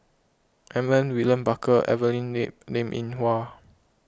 Edmund William Barker Evelyn Lip Linn in Hua